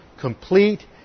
complete